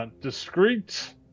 discreet